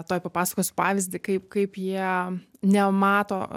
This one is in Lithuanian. tuoj papasakosiu pavyzdį kaip kaip jie nemato